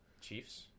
Chiefs